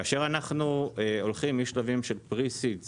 כאשר אנחנו הולכים משלבים של Pre Seed ,